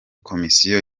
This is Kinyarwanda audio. komisiyo